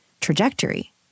trajectory